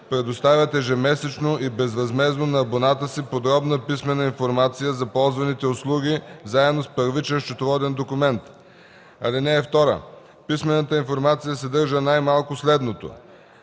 предоставят ежемесечно и безвъзмездно на абонатите си подробна писмена информация за ползваните услуги заедно с първичен счетоводен документ. (2) Писмената информация съдържа най-малко следното: